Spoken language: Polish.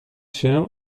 się